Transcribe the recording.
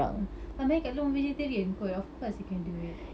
ah but memang kak long vegetarian kot of course you can do it